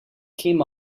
came